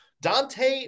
Dante